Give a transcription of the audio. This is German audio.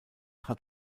hat